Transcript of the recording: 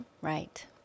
Right